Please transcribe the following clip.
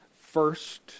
first